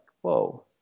whoa